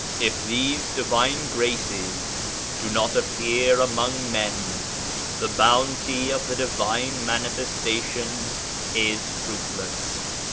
if these divine graces do not appear among men the bounty of the divine manifestation is fruitless,